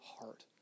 heart